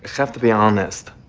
have to be honest.